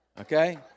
Okay